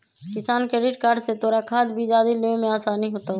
किसान credit card से तोरा खाद, बीज आदि लेवे में आसानी होतउ